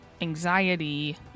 anxiety